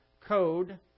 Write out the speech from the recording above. code